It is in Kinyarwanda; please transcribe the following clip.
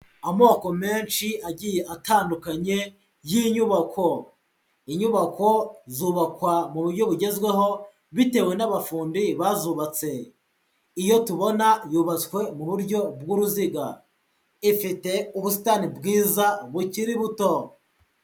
Amoko menshi agiye atandukanye y'inyubako. Inyubako zubakwa mu buryo bugezweho bitewe n'abafundi bazubatse, iyo tubona yubatswe mu buryo bw'uruziga, ifite ubusitani bwiza bukiri buto.